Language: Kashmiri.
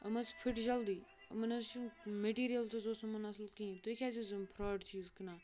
أمۍ حظ پھِٹۍ جلدی یِمَن حظ چھُ مٔٹیٖرِیل تہِ حظ اوس نہِ یِمَن اَصل کِہینۍ تُہۍ کیازٕ حظ یِم فراڈ چیٖز کٕنان